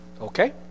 Okay